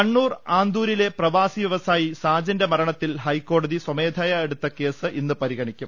കണ്ണൂർ ആന്തൂരിലെ പ്രവാസി വ്യവസായി സാജന്റെ മരണത്തിൽ ഹൈക്കോടതി സ്വമേധയാ എടുത്ത കേസ് ഇന്ന് പരിഗണിക്കും